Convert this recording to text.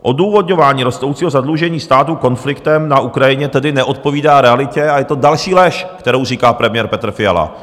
Odůvodňování rostoucího zadlužení státu konfliktem na Ukrajině tedy neodpovídá realitě a je to další lež, kterou říká premiér Petr Fiala.